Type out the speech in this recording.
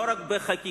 לא רק בחקיקה,